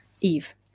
Eve